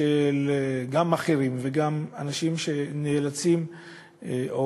גם של מאכערים וגם של אנשים שנאלצים או